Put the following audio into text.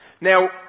Now